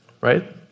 Right